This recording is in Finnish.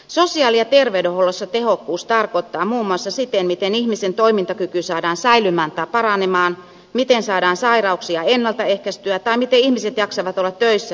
sosiaali ja terveydenhuollossa tehokkuus tarkoittaa muun muassa sitä miten ihmisen toimintakyky saadaan säilymään tai paranemaan miten saadaan sairauksia ennalta ehkäistyä tai miten ihmiset jaksavat olla töissä pidempään